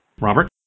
Robert